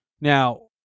Now